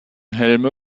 helme